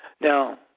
Now